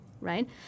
right